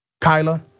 Kyla